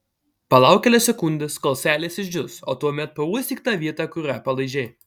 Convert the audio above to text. palauk kelias sekundes kol seilės išdžius o tuomet pauostyk tą vietą kurią palaižei